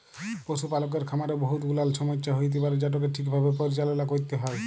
পশুপালকের খামারে বহুত গুলাল ছমচ্যা হ্যইতে পারে যেটকে ঠিকভাবে পরিচাললা ক্যইরতে হ্যয়